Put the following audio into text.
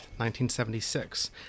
1976